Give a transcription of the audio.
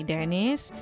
Dennis